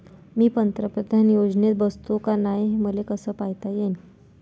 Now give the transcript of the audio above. मी पंतप्रधान योजनेत बसतो का नाय, हे मले कस पायता येईन?